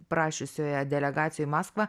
prašiusioje delegacijoj į maskvą